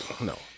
No